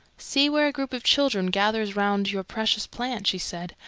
see where a group of children gathers round your precious plant! she said.